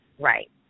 Right